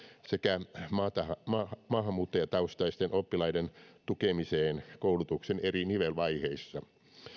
sekä maahanmuuttajataustaisten oppilaiden tukemiseen koulutuksen eri nivelvaiheissa